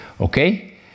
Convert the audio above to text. Okay